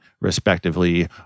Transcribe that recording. respectively